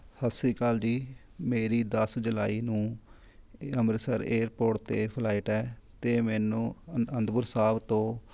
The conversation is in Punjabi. ਸਤਿ ਸ਼੍ਰੀ ਅਕਾਲ ਜੀ ਮੇਰੀ ਦਸ ਜੁਲਾਈ ਨੂੰ ਅੰਮ੍ਰਿਤਸਰ ਏਅਰਪੋਰਟ 'ਤੇ ਫਲਾਈਟ ਹੈ ਅਤੇ ਮੈਨੂੰ ਅਨ ਅਨੰਦਪੁਰ ਸਾਹਿਬ ਤੋਂ